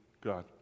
God